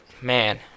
man